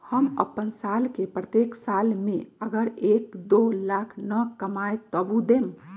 हम अपन साल के प्रत्येक साल मे अगर एक, दो लाख न कमाये तवु देम?